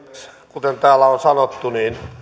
kuten täällä on sanottu